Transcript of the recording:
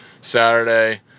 Saturday